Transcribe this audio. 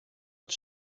het